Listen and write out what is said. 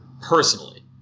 personally